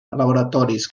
laboratoris